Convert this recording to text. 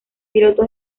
piloto